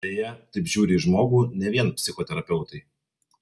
beje taip žiūri į žmogų ne vien psichoterapeutai